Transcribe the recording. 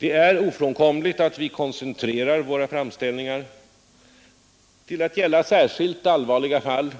Det är ofrånkomligt att vi koncentrerar våra framställningar till att gälla särskilt allvarliga fall